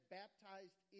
baptized